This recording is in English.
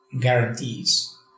guarantees